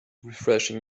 refreshing